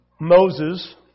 Moses